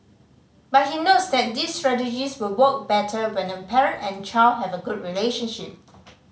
but he notes that these strategies will work better when a parent and child have a good relationship